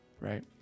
right